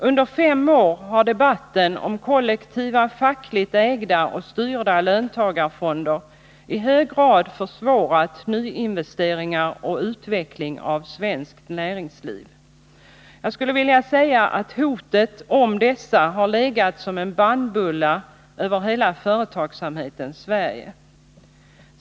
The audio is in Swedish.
Under fem år har debatten om kollektiva fackligt ägda och styrda löntagarfonder i hög grad försvårat nyinvesteringar och utveckling av svenskt näringsliv. Jag skulle vilja säga att hotet om dessa har legat som en bannbulla över hela företagsamhetens Sverige.